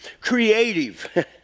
creative